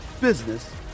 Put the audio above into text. business